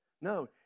No